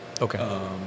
Okay